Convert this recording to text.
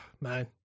man